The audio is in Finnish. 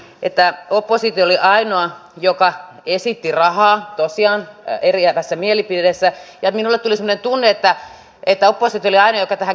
jo nyt ihmiset ovat eri kunnissa eriarvoisessa asemassa johtuen kuntien erilaisista taloustilanteista esimerkiksi siinä millaisia neuvolakäyntejä eri kunnissa on